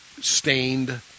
stained